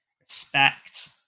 respect